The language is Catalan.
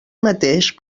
mateix